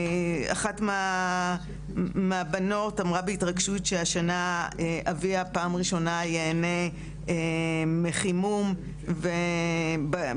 אחת מהבנות אמרה בהתרגשות שהשנה אביה פעם ראשונה ייהנה מחימום בחורף,